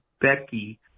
Becky